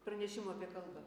pranešimų apie kalbą